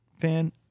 fan